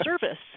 service